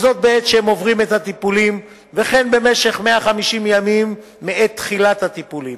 וזאת בעת שהם עוברים את הטיפולים וכן במשך 150 ימים מעת תחילת הטיפולים.